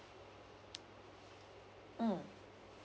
mm